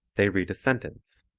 they read a sentence.